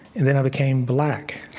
and then i became black.